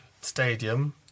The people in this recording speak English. stadium